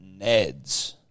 NEDS